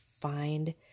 find